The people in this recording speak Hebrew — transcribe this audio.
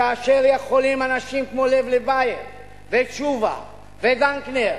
כאשר יכולים אנשים כמו לב לבייב ותשובה ודנקנר